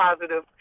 positive